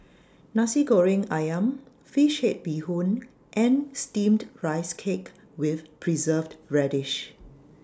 Nasi Goreng Ayam Fish Head Bee Hoon and Steamed Rice Cake with Preserved Radish